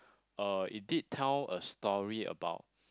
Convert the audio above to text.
uh it did tell a story about